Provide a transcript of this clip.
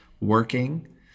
working